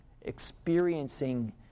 experiencing